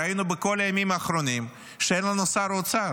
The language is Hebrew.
ראינו בכל הימים האחרונים שאין לנו שר אוצר.